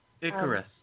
Icarus